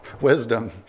Wisdom